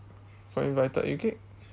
for invited you click